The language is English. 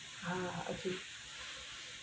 uh okay